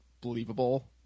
believable